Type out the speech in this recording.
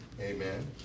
Amen